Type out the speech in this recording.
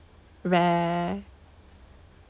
rare